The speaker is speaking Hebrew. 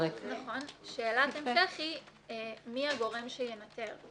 שאלת המשך היא, מי הגורם שינתר.